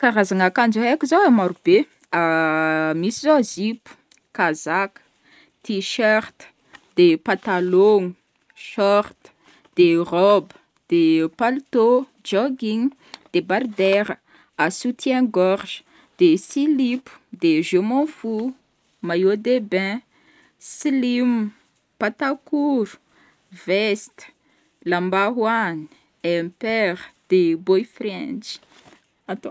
Karazagna ankanjo haiko zao ai maro be: misy zao zipo, kazaka, tee shirt, de patalôgno, short, de robe, de paltô, jogging, debardaira, soutien gorge, de silipo, de je m'en fous, maillot de bain, slim, patakoro, veste, lambahoany, impére, de boyfriends.